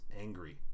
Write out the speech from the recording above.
angry